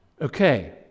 okay